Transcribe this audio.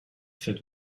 fait